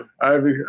Ivy